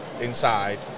inside